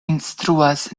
instruas